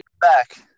back